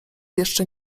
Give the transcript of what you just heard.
jeszcze